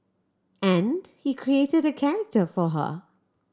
and he created a character for her